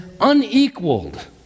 unequaled